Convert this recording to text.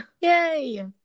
Yay